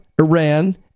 Iran